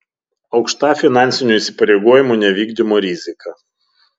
aukšta finansinių įsipareigojimų nevykdymo rizika